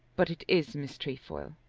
but it is miss trefoil.